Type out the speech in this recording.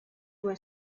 were